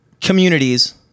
communities